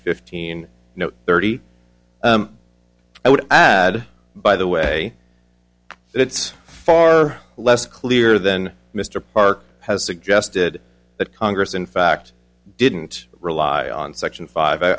fifteen no thirty i would add by the way it's far less clear than mr park has suggested that congress in fact didn't rely on section five i